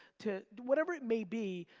to whatever it may be.